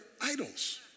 idols